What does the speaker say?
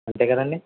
అంతే కదా అండి